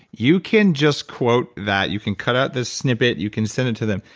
you can just quote that. you can cut out the snippet. you can send it to them.